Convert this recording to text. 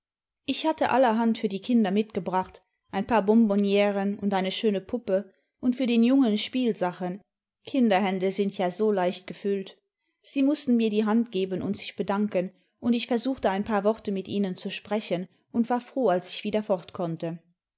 ich hatte allerhand für die kinder mitgebracht ein paar bonbonnieren und eine schöne puppe und für den jungen spielsachen kinderhände sind ja so leicht gefüllt i sie mußten mir die hand geben und sich bedanken und ich versuchte ein paar worte mit ihnen zu sprechen und war froh als ich wieder